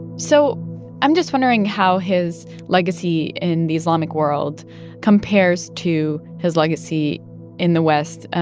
so i'm just wondering how his legacy in the islamic world compares to his legacy in the west,